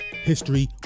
history